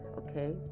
okay